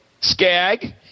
Skag